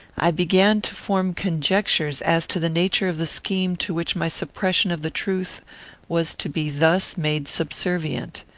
i began to form conjectures as to the nature of the scheme to which my suppression of the truth was to be thus made subservient.